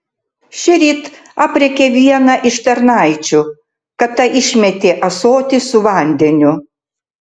šįryt aprėkė vieną iš tarnaičių kad ta išmetė ąsotį su vandeniu